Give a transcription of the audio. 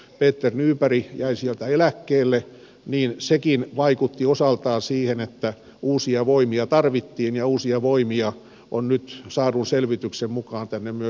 kun peter nyberg jäi sieltä eläkkeelle niin sekin vaikutti osaltaan siihen että uusia voimia tarvittiin ja uusia voimia on nyt saadun selvityksen mukaan tänne myös tullut